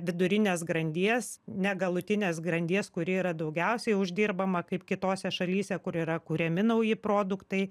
vidurinės grandies negalutinės grandies kuri yra daugiausiai uždirbama kaip kitose šalyse kur yra kuriami nauji produktai